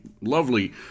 lovely